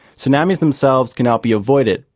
tsunamis themselves cannot be avoided,